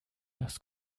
das